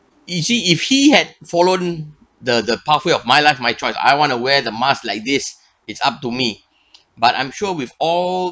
if she if he had followed the the pathway of my life my choice I want to wear the mask like this it's up to me but I'm sure we've all